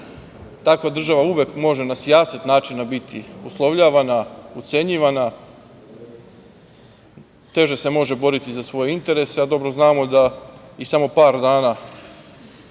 Takva država uvek može na sijaset načina biti uslovljavana, ucenjivana, teže se može boriti za svoje interese. Dobro znamo da i samo par dana